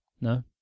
No